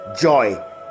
joy